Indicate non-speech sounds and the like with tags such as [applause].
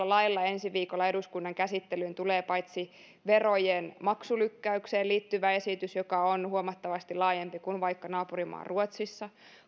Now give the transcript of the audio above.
[unintelligible] lailla ensi viikolla eduskunnan käsittelyyn tulee verojen maksulykkäykseen liittyvä esitys joka on huomattavasti laajempi kuin vaikka naapurimaa ruotsissa